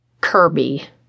Kirby